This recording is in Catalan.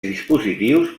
dispositius